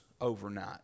overnight